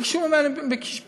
ביקשו ממני פגישה,